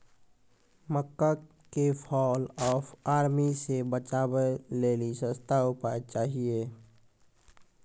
मक्का के fall of army से बचाबै लेली सस्ता उपाय चाहिए?